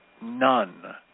None